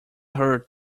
hurt